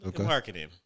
Marketing